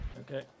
Okay